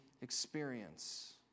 experience